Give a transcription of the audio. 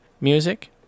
music